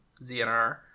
ZNR